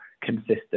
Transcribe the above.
consistent